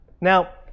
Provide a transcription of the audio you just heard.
Now